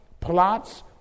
plots